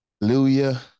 Hallelujah